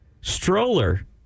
Stroller